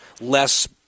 less